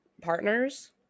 partners